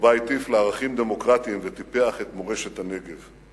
ובה הטיף לערכים דמוקרטיים, וטיפח את מורשת הנגב.